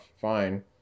fine